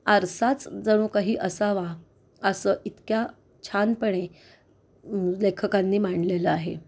आरसाच जणू काही असावा असं इतक्या छानपणे लेखकांनी मांडलेलं आहे